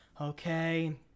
Okay